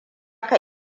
ka